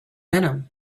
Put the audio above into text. venom